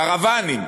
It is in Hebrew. קרוונים.